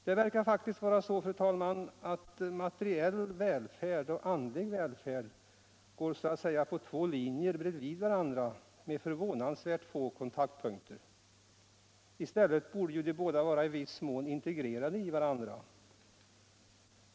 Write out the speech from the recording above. Det verkar faktiskt vara så, fru talman, att materiell välfärd och andlig välfärd går så att säga på två linjer bredvid varandra med förvånansvärt få kontaktpunkter. I stället borde ju de båda i viss mån vara integrerade i varandra.